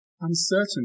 uncertain